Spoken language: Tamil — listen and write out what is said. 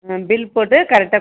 ம் பில் போட்டு கரெக்டாக கொடுங்க